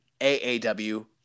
AAW